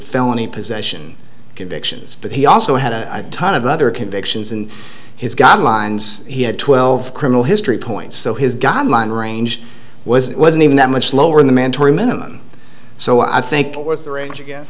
felony possession convictions but he also had a ton of other convictions and he's got lines he had twelve criminal history points so his god line range was it wasn't even that much lower than the mandatory minimum so i think it was the range again